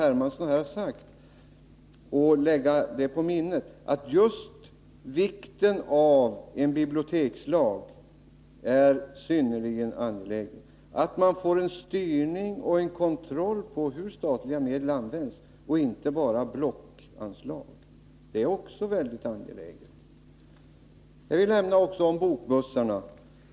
Hermansson har sagt och lägga på minnet att tillkomsten av en bibliotekslag är en synnerligen angelägen sak för att få en styrning och en kontroll av hur statliga medel används och att det inte bara gäller att ge blockanslag. Detta är också väldigt angeläget. Jag vill även nämna bokbussarna.